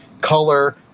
color